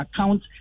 account